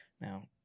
Now